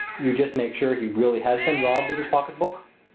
you just make sure he really has been robbed of his pocketbook?